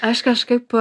aš kažkaip